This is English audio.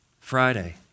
Friday